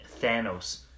Thanos